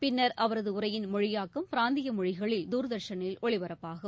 பின்னர் அவரது உரையின் மொழியாக்கம் பிராந்திய மொழிகளில் தூர்தர்ஷனில் ஒளிபரப்பாகும்